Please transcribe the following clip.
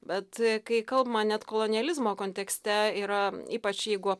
bet kai kalbama net kolonializmo kontekste yra ypač jeigu